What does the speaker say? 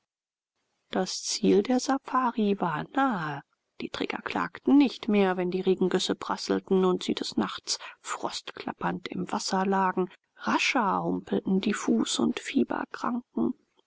das ziel der safari war nahe die träger klagten nicht mehr wenn die regengüsse prasselten und sie des nachts frostklappernd im wasser lagen rascher humpelten die fuß und